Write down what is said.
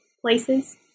places